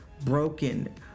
broken